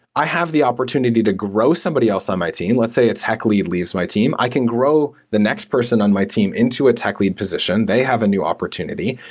i have the opportunity to grow somebody else on my team. let's say a tech lead leaves my team. i can grow the next person on my team into a tech lead position. they have a new opportunity.